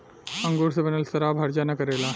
अंगूर से बनल शराब हर्जा ना करेला